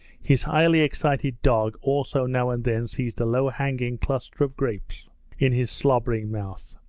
his highly excited dog also now and then seized a low-hanging cluster of grapes in his slobbering mouth.